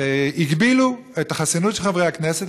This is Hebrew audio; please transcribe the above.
הגבילו את החסינות של חברי הכנסת,